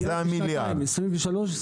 זה המיליארד ₪.